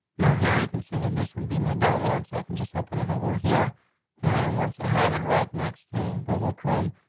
now here you can see that and this would be my download so i can just open it over here and once i have it right next to google chrome,